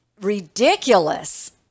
ridiculous